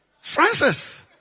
Francis